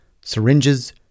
syringes